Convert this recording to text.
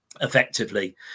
effectively